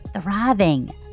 thriving